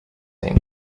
then